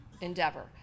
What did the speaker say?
endeavor